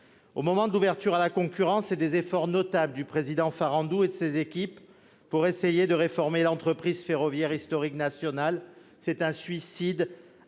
Au moment de l'ouverture à la concurrence et des efforts notables du président Farandou et de ses équipes pour essayer de réformer l'entreprise ferroviaire historique nationale, c'est un suicide